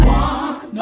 one